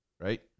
right